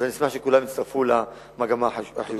אני אשמח אם כולם יצטרפו למגמה החיובית הזאת.